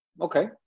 Okay